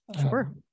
Sure